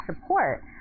support